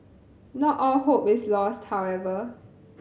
not all hope is lost however